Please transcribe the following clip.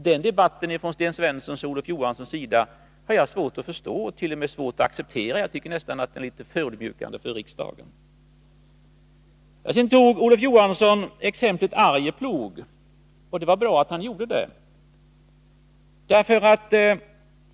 Den här debatten från Sten Svenssons och Olof Johanssons sida har jag svårt att förstå, t.o.m. svårt att acceptera. Jag tycker nästan att den är litet förödmjukande för riksdagen. Sedan tog Olof Johansson upp exemplet Arjeplog, och det var bra att han gjorde det.